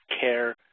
care